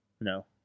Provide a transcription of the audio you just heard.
No